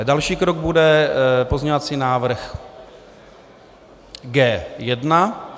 Další krok bude pozměňovací návrh G1.